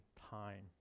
time